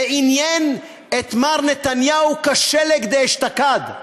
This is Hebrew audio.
זה עניין את מר נתניהו כשלג דאשתקד.